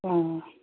آ